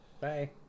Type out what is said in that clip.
Bye